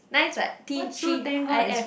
nice what T_G_I_F